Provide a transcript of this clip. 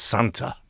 Santa